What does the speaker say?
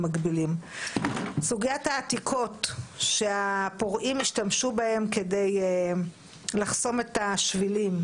סוגיית העתיקות שהפורעים השתמשו בהן כדי לחסום את השבילים.